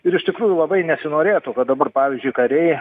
ir iš tikrųjų labai nesinorėtų kad dabar pavyzdžiui kariai